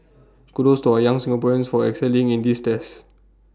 kudos to our young Singaporeans for excelling in these tests